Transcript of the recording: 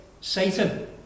Satan